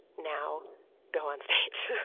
now go on stage.